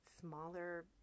smaller